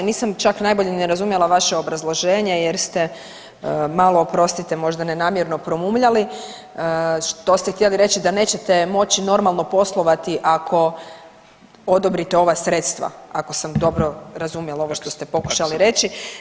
Nisam čak najbolje ni razumjela vaše obrazloženje jeste malo oprostite možda ne namjerno promumljali što ste htjeli reći da nećete moći normalno poslovati ako odobrite ova sredstva, ako sam dobro razumjela ovo što ste pokušali reći.